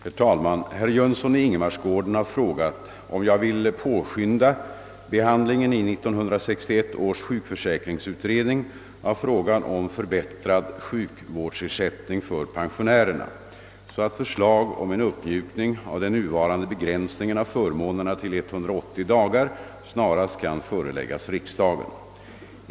Herr talman! Herr Jönsson i Ingemarsgården har frågat om jag vill påskynda behandlingen i 1961 års sjukförsäkringsutredning av frågan om förbättrad sjukvårdsersättning för pensionärerna, så att förslag om en uppmjukning av den nuvarande begränsningen av förmånerna till 180 dagar snarast kan föreläggas riksdagen.